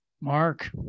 Mark